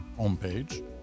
homepage